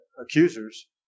accusers